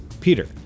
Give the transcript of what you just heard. Peter